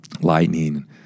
lightning